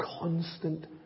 constant